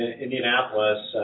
Indianapolis